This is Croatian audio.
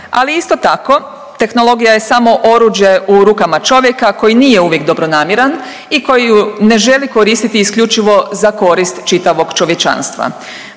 Ali isto tako, tehnologija je samo oruđe u rukama čovjeka koji nije uvijek dobronamjeran i koji ju ne želi koristiti isključivo za korist čitavog čovječanstva.